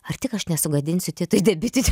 ar tik aš nesugadinsiu titui debiutinį